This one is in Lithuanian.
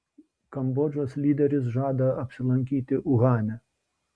kambodžos lyderis žada apsilankyti uhane